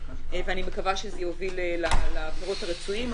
ואני מקווה שזה יוביל לפירות הרצויים,